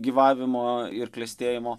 gyvavimo ir klestėjimo